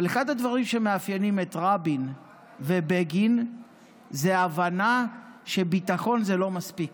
אבל אחד הדברים שמאפיינים את רבין ובגין זאת ההבנה שביטחון זה לא מספיק,